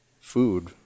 food